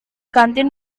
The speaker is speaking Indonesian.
kantin